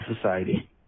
society